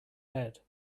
head